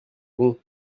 bon